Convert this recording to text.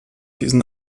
diesen